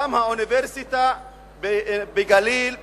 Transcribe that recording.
גם האוניברסיטה בגליל,